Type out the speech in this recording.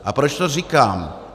A proč to říkám?